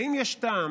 האם יש טעם